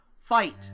fight